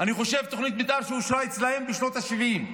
אני חושב שתוכנית המתאר אושרה אצלם בשנות השבעים,